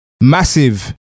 massive